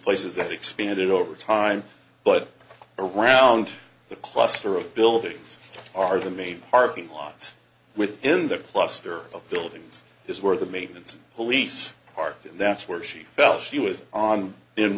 places that expanded over time but around the cluster of buildings are the main parking lots within the cluster of buildings is where the maintenance and police parked and that's where she felt she was on in